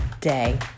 day